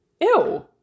Ew